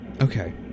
Okay